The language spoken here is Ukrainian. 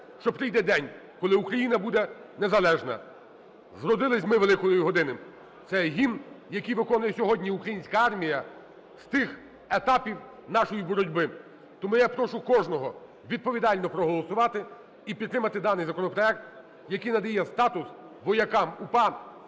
що прийде день, коли Україна буде незалежна. "Зродились ми великої години" – це гімн, який виконує сьогодні українська армія з тих етапів нашої боротьби. Тому я прошу кожного відповідально проголосувати і підтримати даний законопроект, який надає статус воякам УПА,